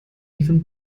even